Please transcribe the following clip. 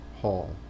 hall